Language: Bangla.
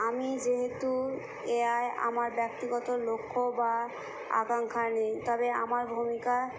আমি যেহেতু এআই আমার ব্যক্তিগত লক্ষ্য বা আকাঙ্ক্ষা নেই তবে আমার ভূমিকা